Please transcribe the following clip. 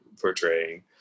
portraying